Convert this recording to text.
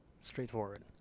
straightforward